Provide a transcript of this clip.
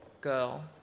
girl